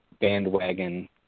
bandwagon